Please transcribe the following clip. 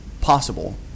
possible